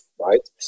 right